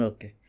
Okay